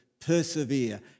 Persevere